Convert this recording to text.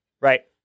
Right